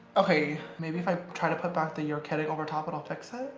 okay maybe if i to put back the you're kidding overtop it'll fix it?